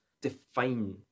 define